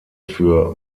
für